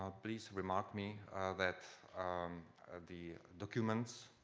ah please remark me that the documents,